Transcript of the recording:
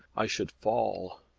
i should fall.